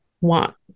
want